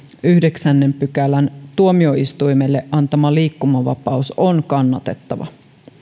yhdeksännen pykälän tuomioistuimelle antama liikkumavapaus on kannatettava